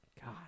God